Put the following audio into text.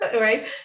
right